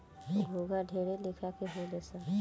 घोंघा ढेरे लेखा के होले सन